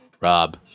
Rob